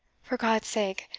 for god's sake,